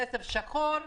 בכסף שחור,